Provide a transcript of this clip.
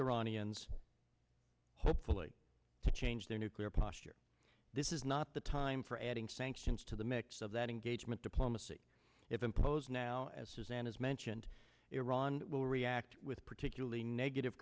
iranians hopefully to change their nuclear posture this is not the time for adding sanctions to the mix of that engagement diplomacy if impose now as suzanne has mentioned iran will react with particularly negative